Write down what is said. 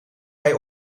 hij